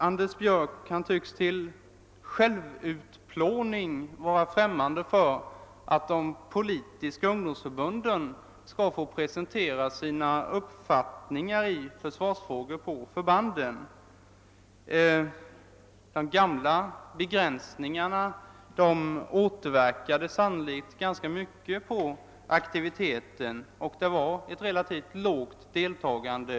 Anders Björck tycks till självutplåning ta avstånd från kravet att de politiska ungdomsförbunden skall få presentera sina uppfattningar i försvarsfrågor på förbanden. De tidigare begränsningarna har sanno likt återverkat ganska starkt på aktiviteten vid informationsträffarna, som hade ett relativt lågt deltagande.